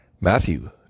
Matthew